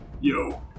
Yo